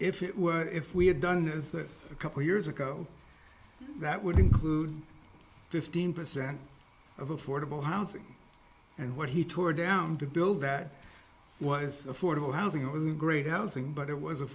if it were if we had done is that a couple years ago that would include fifteen percent of affordable housing and what he tore down to build that was affordable housing it was great housing but it was a